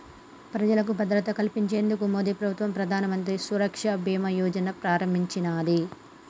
ప్రజలకు భద్రత కల్పించేందుకు మోదీప్రభుత్వం ప్రధానమంత్రి సురక్ష బీమా యోజనను ప్రారంభించినాది